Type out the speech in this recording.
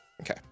Okay